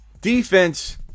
Defense